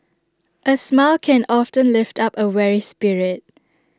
A smile can often lift up A weary spirit